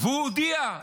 והוא הודיע,